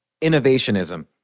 innovationism